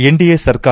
NDA ಸರ್ಕಾರ